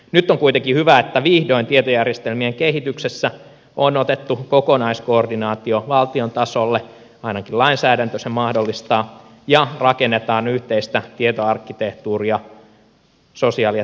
nyt on kuitenkin hyvä että vihdoin tietojärjestelmien kehityksessä on otettu kokonaiskoordinaatio valtion tasolle ainakin lainsäädäntö sen mahdollistaa ja rakennetaan yhteistä tietoarkkitehtuuria sosiaali ja terveydenhuollon tietojärjestelmille